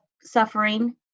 suffering